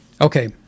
Okay